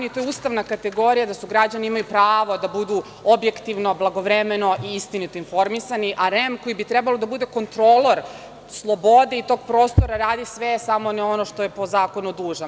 Ustavna je kategorija da građani imaju pravo da budu objektivno, blagovremeno i istinito informisani, a REM, koji bi trebalo da bude kontrolor slobode i tog prostora, radi sve, samo ne ono što je po zakonu dužan.